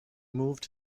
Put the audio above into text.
moved